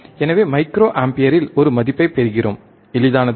எனவே மைக்ரோஅம்பீரில் ஒரு மதிப்பைப் பெறுகிறோம் எளிதானதா